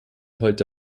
heute